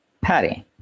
Patty